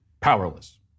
powerless